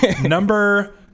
number